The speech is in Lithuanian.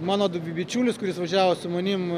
mano bičiulis kuris važiavo su manim